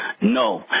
No